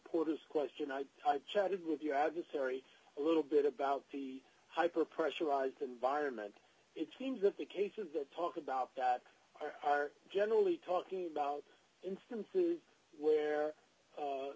porter's question i chatted with your adversary a little bit about the hyper pressurized environment it seems that the cases that talk about that are generally talking about instances where